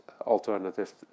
alternative